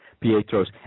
Pietro's